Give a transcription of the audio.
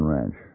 Ranch